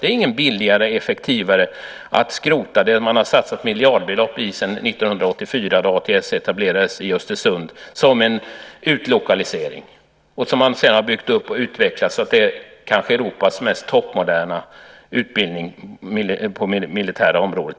Det är ju inte billigare och effektivare att skrota det som man satsat miljardbelopp i sedan år 1984 då ATS etablerades i Östersund som en utlokalisering och som man sedan har byggt upp och utvecklat så att det kanske är Europas mest toppmoderna utbildning i dag på det militära området.